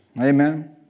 Amen